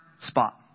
spot